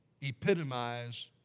epitomize